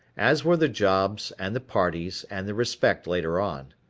as were the jobs and the parties and the respect later on.